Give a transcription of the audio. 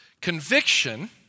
Conviction